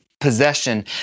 possession